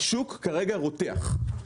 השוק כרגע רותח.